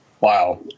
Wow